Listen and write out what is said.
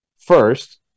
first